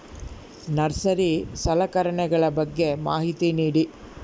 Nursery ಸಲಕರಣೆಗಳ ಬಗ್ಗೆ ಮಾಹಿತಿ ನೇಡಿ?